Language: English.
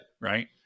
Right